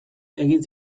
egin